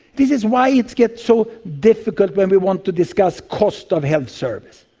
this is why it gets so difficult when we want to discuss cost of health service,